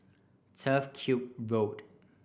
Turf Ciub Road